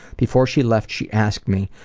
before she left, she asked me,